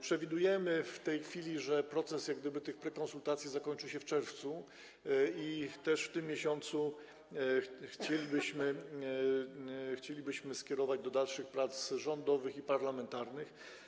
Przewidujemy w tej chwili, że proces tych jak gdyby prekonsultacji zakończył się w czerwcu i też w tym miesiącu chcielibyśmy skierować do dalszych prac rządowych i parlamentarnych.